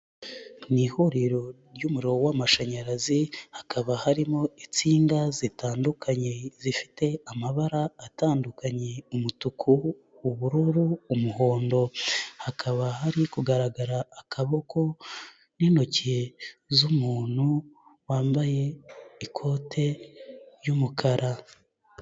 Mu ihuriro ry'umuriro w'amashanyarazi hakaba harimo insinga zitandukanye, zifite amabara atandukanye umutuku, ubururu, umuhondo, hakaba hari kugaragara akaboko n'intoki z'umuntu wambaye ikote ry'umukara.